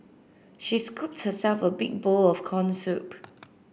she scooped herself a big bowl of corn soup